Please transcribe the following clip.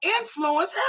influence